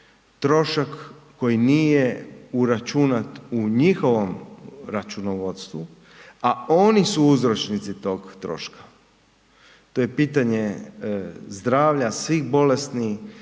trošak koji nije uračunat u njihovom računovodstvu a oni su uzročnici tog troška. To je pitanje zdravlja svih bolesnih,